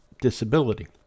disability